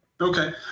Okay